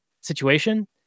situation